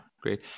great